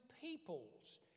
peoples